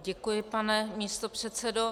Děkuji, pane místopředsedo.